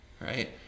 Right